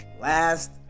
last